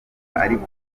ariko